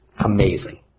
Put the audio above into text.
amazing